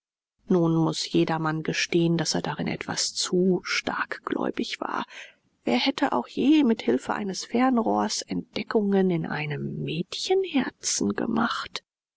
nun muß jedermann gestehen daß er darin etwas zu starkgläubisch war wer hätte auch je mit hilfe eines fernrohrs entdeckungen in einem mädchenherzen gemacht